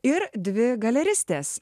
ir dvi galeristės